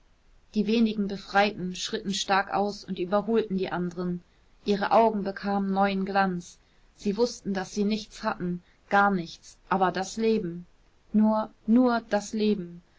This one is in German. die wenigen befreiten schritten stark aus und überholten die anderen ihre augen bekamen neuen glanz sie wußten daß sie nichts hatten gar nichts aber das leben nur nur das leben